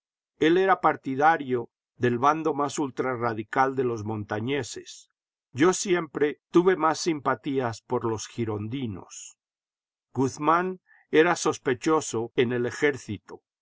jil era partidario del bando más ultrarradical de los montañeses yo siempre tuve más simpatías por los girondinos guzmán era sospechoso en el ejército